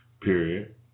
period